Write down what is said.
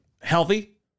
Healthy